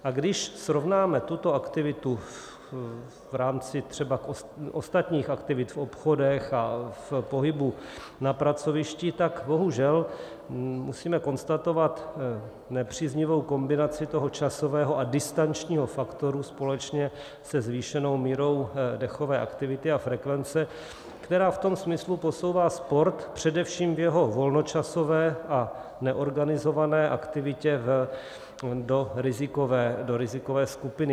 A když srovnáme tuto aktivitu v rámci třeba ostatních aktivit v obchodech a v pohybu na pracovišti, tak bohužel musíme konstatovat nepříznivou kombinaci toho časového a distančního faktoru společně se zvýšenou mírou dechové aktivity a frekvence, která v tom smyslu posouvá sport především v jeho volnočasové a neorganizované aktivitě do rizikové skupiny.